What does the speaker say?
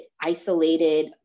isolated